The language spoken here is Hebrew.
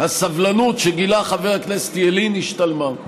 הסבלנות שגילה חבר הכנסת ילין השתלמה,